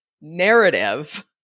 narrative